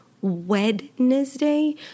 Wednesday